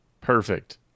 Perfect